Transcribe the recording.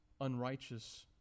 unrighteous